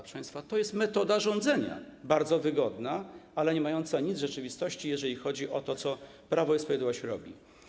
Proszę państwa, to jest metoda rządzenia, bardzo wygodna, ale niemająca nic z rzeczywistości, jeżeli chodzi o to, co Prawo i Sprawiedliwość robi.